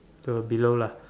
the below lah